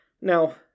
Now